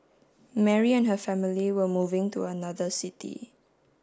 Mary and her family were moving to another city